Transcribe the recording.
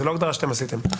זאת לא הגדרה שאתם עשיתם.